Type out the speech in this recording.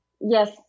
Yes